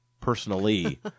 personally